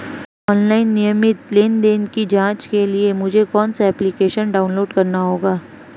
Online नियमित लेनदेन की जांच के लिए मुझे कौनसा एप्लिकेशन डाउनलोड करना होगा?